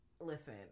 Listen